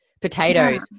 potatoes